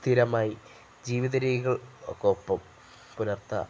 സ്ഥിരമായി ജീവിത രീതികൾക്ക് ഒപ്പം പുലർത്താൻ